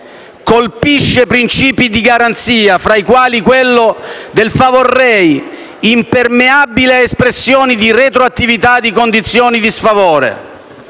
Colpisce princìpi di garanzia fra i quali quello del *favor rei*, impermeabile espressione di retroattività di condizioni di sfavore.